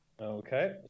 Okay